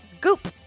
Goop